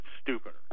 stupider